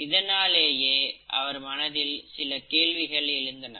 இதனாலேயே அவர் மனதில் சில கேள்விகள் எழுந்தன